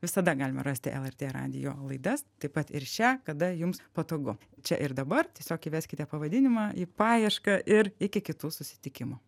visada galima rasti lrt radijo laidas taip pat ir šią kada jums patogu čia ir dabar tiesiog įveskite pavadinimą į paiešką ir iki kitų susitikimų